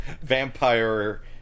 vampire